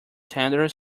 tender